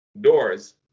doors